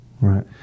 Right